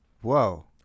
Whoa